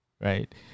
Right